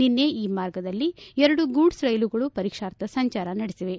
ನಿನ್ನೆ ಈ ಮಾರ್ಗದಲ್ಲಿ ಎರಡು ಗೂಡ್ ರೈಲುಗಳ ಪರೀಕ್ಷಾರ್ಥ ಸಂಚಾರ ನಡೆಸಿವೆ